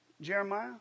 Jeremiah